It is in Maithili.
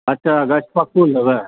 अच्छा गछपक्कू लेबै